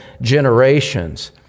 generations